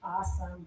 awesome